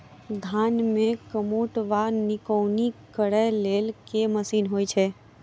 धान मे कमोट वा निकौनी करै लेल केँ मशीन होइ छै?